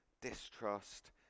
distrust